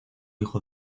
hijo